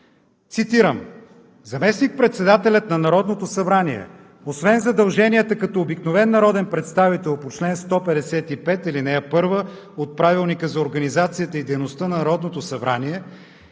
цитирам: „Заместник-председателят на Народното събрание, освен задълженията като обикновен народен представител по чл. 155, ал. 1 от Правилника за организацията и дейността на Народното събрание,